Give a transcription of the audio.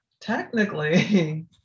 technically